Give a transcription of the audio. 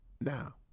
Now